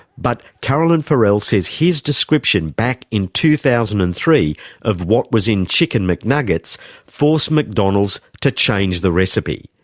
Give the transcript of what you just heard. but caroline forell says his description back in two thousand and three of what was in chicken mcnuggets forced mcdonald's to change the recipe.